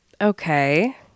Okay